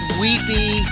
weepy